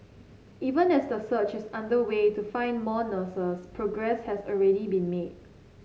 even as the search is underway to find more nurses progress has already been made